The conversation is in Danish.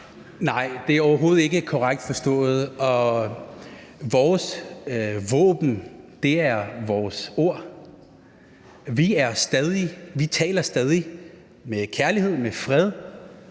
Nej, det er overhovedet ikke korrekt forstået. Vores våben er vores ord. Vi taler stadig med kærlighed og fred,